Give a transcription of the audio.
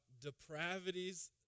depravities